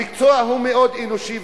המקצוע מאוד אנושי,